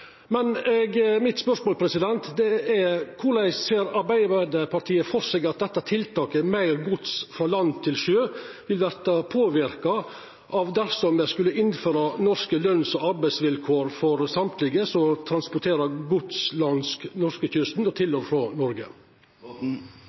men mitt spørsmål er: Korleis ser Arbeidarpartiet for seg at dette tiltaket – meir gods frå land til sjø – vil verta påverka dersom me skulle innføra norske løns- og arbeidsvilkår for alle som transporterer gods langs norskekysten og til